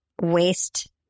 waste